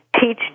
teach